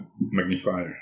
magnifier